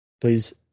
Please